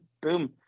boom